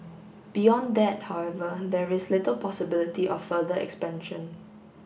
beyond that however there is little possibility of further expansion